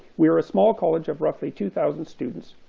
we are a small college of roughly two thousand students,